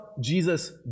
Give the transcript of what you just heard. Jesus